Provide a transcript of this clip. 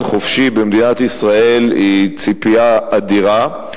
חופשי במדינת ישראל היא ציפייה אדירה.